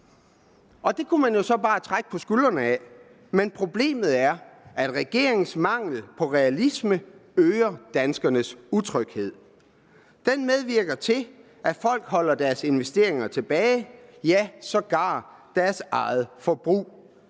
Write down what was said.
Det kunne man jo så bare trække på skulderen af. Men problemet er, at regeringens mangel på realisme øger danskernes utryghed. Den medvirker til, at folk holder deres investeringer tilbage, sågar deres eget forbrug.